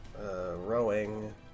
rowing